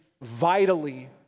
vitally